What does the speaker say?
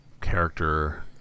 character